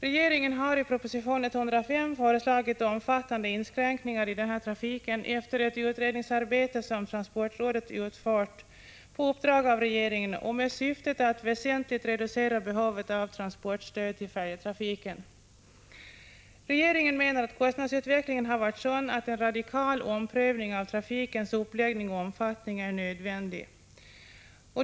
Regeringen har i proposition 105 föreslagit omfattande inskränkningar i denna trafik efter ett utredningsarbete som transportrådet utfört på uppdrag av regeringen med syfte att väsentligt reducera behovet av transportstöd till färjetrafiken. Regeringen menar att kostnadsutvecklingen varit sådan att en radikal omprövning av trafikens uppläggning och omfattning är nödvändig.